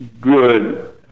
good